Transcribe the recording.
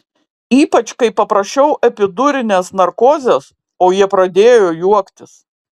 ypač kai paprašiau epidurinės narkozės o jie pradėjo juoktis